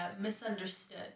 misunderstood